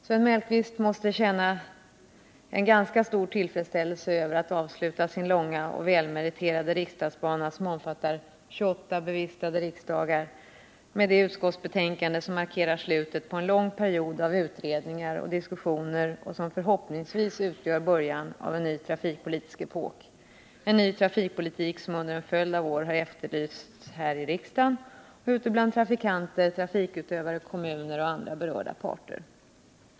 Sven Mellqvist måste känna ganska stor tillfredsställelse över att få avsluta sin långa och välmeriterade riksdagsbana, som omfattar 28 bevistade riksdagar, med det utskottsbetänkande som markerar slutet på en lång period av utredningar och diskussioner och som förhoppningsvis utgör början av en ny trafikpolitisk epok, en ny trafikpolitik som under en följd av år har efterlysts här i riksdagen och ute bland trafikanter, trafikutövare, kommuner ocn andra berörda parter.